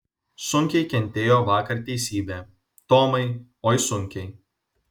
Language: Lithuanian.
sunkiai kentėjo vakar teisybė tomai oi sunkiai